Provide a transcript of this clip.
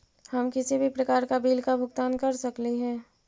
हम किसी भी प्रकार का बिल का भुगतान कर सकली हे?